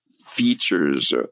features